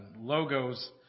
logos